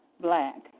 Black